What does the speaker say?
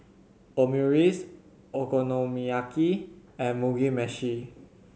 Omurice Okonomiyaki and Mugi Meshi